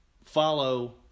follow